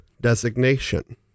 designation